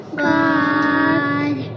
God